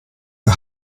der